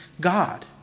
God